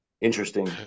interesting